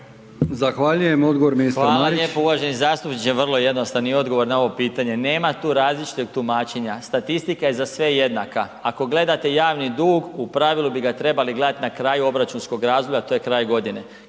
Zahvaljujem. Odgovor, ministar Marić. **Marić, Zdravko** Hvala lijepo uvaženi zastupniče, vrlo jednostavni odgovor na ovo pitanje. Nema tu različitog tumačenja, statistika je za sve jednaka. Ako gledate javni dug, u pravilu bi ga trebali gledati na kraju obračunskog razdoblja, a to je kraj godine.